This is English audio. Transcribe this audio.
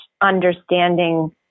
understanding